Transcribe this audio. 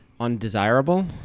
undesirable